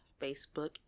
Facebook